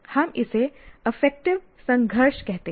हम इसे अफेक्टिव संघर्ष कहते हैं